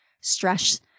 stress